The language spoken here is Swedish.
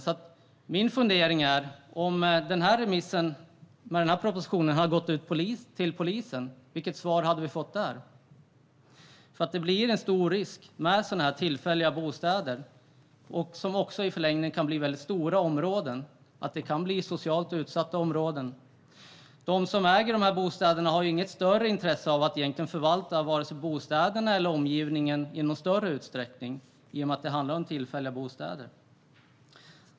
Jag funderar på vilket svar vi hade fått från polisen om denna proposition hade gått dit på remiss. Tillfälliga bostäder innebär en stor risk. I förlängningen kan det handla om väldigt stora områden som kan bli socialt utsatta. De som äger dessa bostäder kommer inte att ha något större intresse av att förvalta vare sig dem eller omgivningen i någon vidare utsträckning, i och med att det handlar om tillfälliga bostäder.